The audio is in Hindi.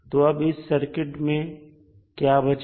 तो अब इस सर्किट में क्या बचा